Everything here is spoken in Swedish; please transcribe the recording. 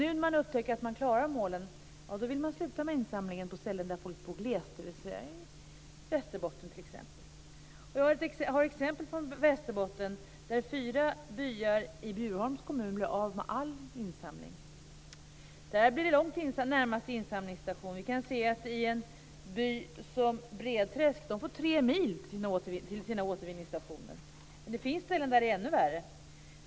Nu när man upptäcker att man når målen vill man sluta med insamlingen på ställen där folk bor glest, t.ex. i Västerbotten. Jag har exempel därifrån. Fyra byar i Bjurholms kommun blev av med all insamling. Det blev långt till närmaste insamlingsstation. I en by som Bredträsk får man tre mil till sina återvinningsstationer. Det finns ställen där det är ännu värre.